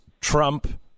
Trump